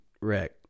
wreck